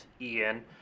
Ian